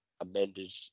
amended